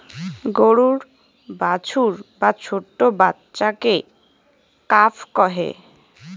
গরুর বাছুর বা ছোট্ট বাচ্চাকে কাফ কহে